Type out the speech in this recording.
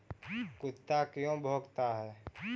कुत्ता क्यों भौंकता है?